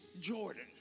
Jordan